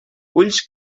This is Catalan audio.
ulls